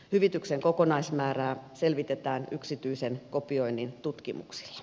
hyvityksen kokonaismäärää selvitetään yksityisen kopioinnin tutkimuksilla